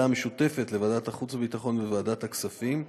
המשותפת לוועדת החוץ והביטחון ולוועדת הכספים,